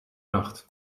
nacht